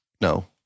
no